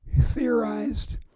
theorized